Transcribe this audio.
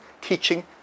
teaching